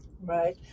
Right